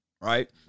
right